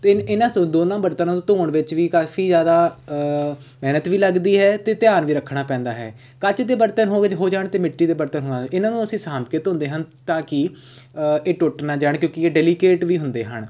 ਅਤੇ ਇਨ ਇਹਨਾਂ ਦੋਨਾਂ ਬਰਤਨਾਂ ਨੂੰ ਧੋਣ ਵਿੱਚ ਵੀ ਕਾਫੀ ਜ਼ਿਆਦਾ ਮਿਹਨਤ ਵੀ ਲੱਗਦੀ ਹੈ ਅਤੇ ਧਿਆਨ ਵੀ ਰੱਖਣਾ ਪੈਂਦਾ ਹੈ ਕੱਚ ਦੇ ਬਰਤਨ ਹੋ ਗਏ ਹੋ ਜਾਣ ਅਤੇ ਮਿੱਟੀ ਦੇ ਬਰਤਨ ਹੋਣ ਇਹਨਾਂ ਨੂੰ ਅਸੀਂ ਸਾਂਭ ਕੇ ਧੋਂਦੇ ਹਨ ਤਾਂ ਕਿ ਇਹ ਟੁੱਟ ਨਾ ਜਾਣ ਕਿਉਂਕਿ ਇਹ ਡਲੀਕੇਟ ਵੀ ਹੁੰਦੇ ਹਨ